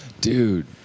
dude